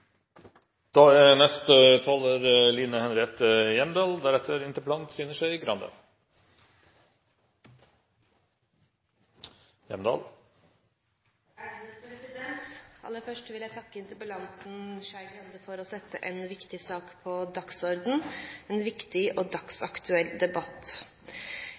Først vil jeg takke interpellanten Skei Grande for å sette en viktig sak på dagsordenen – en viktig og dagsaktuell debatt.